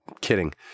kidding